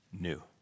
new